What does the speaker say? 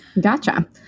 Gotcha